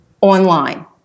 online